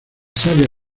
savia